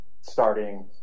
starting